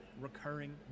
recurring